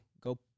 go